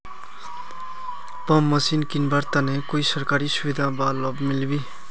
Pump machine किनवार तने कोई सरकारी सुविधा बा लव मिल्बी?